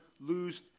lose